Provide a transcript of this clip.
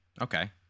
Okay